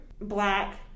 black